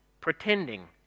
pretending